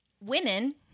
women